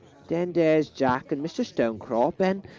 then there's jack and mr. stonecrop, and,